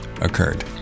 occurred